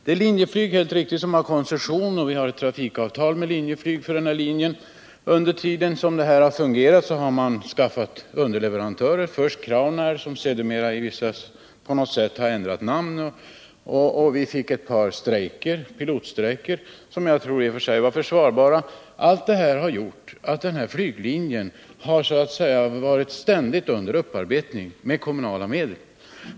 Det är helt riktigt att det är Linjeflyg som har koncession och att vi har ett trafikavtal med Linjeflyg för den här linjen. Under den tid som avtalet har fungerat har Linjeflyg skaffat underleverantörer — först Crown Air, som sedermera har ändrat namn — och det har förekommit ett par pilotstrejker, som jag tror i och för sig var försvarbara. Allt detta har gjort att flyglinjen så att säga ständigt har varit under upparbetning med kommunala medel.